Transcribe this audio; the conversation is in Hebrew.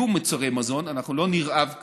יהיו מוצרי מזון, אנחנו לא נרעב כאן,